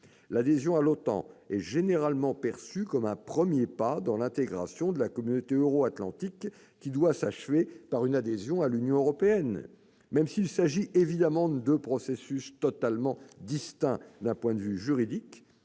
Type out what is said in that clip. l'adhésion à l'OTAN est généralement perçue comme un premier pas dans l'intégration à la communauté euro-atlantique, qui doit s'achever par une adhésion à l'Union européenne. Même s'il s'agit évidemment de deux processus totalement distincts juridiquement,